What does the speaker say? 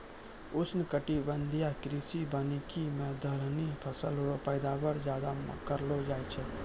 उष्णकटिबंधीय कृषि वानिकी मे दलहनी फसल रो पैदावार ज्यादा करलो जाय छै